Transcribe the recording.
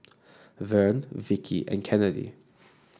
Vern Vickie and Kennedy